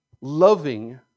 loving